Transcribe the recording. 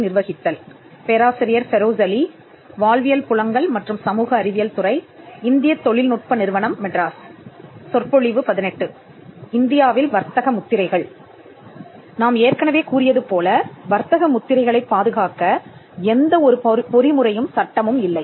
நாம் ஏற்கனவே கூறியது போல வர்த்தக முத்திரைகளைப் பாதுகாக்க எந்த ஒரு பொறிமுறையும் சட்டமும் இல்லை